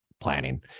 planning